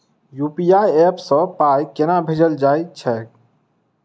UPI app सँ पाई केना भेजल जाइत छैक?